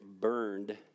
burned